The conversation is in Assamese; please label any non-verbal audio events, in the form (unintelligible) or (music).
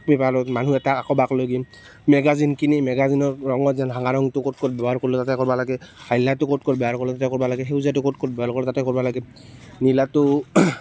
পেপাৰত মানুহ এটাক আঁকিব লাগিল মেগাজিন কিনি মেগাজিনৰ ৰঙত যেন ৰঙা ৰঙটো ক'ত ক'ত ব্যৱহাৰ (unintelligible) কৰিব লাগে হালধীয়াটো ক'ত ক'ত ব্যৱহাৰ (unintelligible) কৰিব লাগে সেউজীয়াটো ক'ত ক'ত (unintelligible) কৰিব লাগে নীলাটো